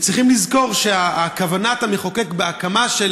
צריכים לזכור שכוונת המחוקק בהקמה של